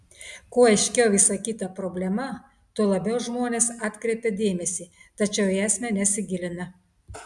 kuo aiškiau išsakyta problema tuo labiau žmonės atkreipia dėmesį tačiau į esmę nesigilina